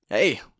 Hey